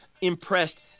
impressed